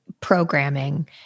programming